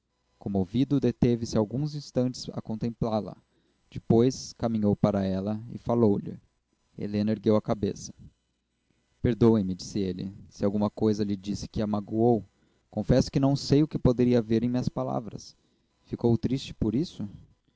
mãos comovido deteve-se alguns instantes a contemplá-la depois caminhou para ela e falou-lhe helena ergueu a cabeça perdoe-me disse ele se alguma coisa lhe disse que a magoou confesso que não sei o que poderia haver em minhas palavras ficou triste por isso